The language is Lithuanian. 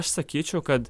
aš sakyčiau kad